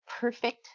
perfect